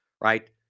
right